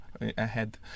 ahead